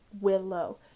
willow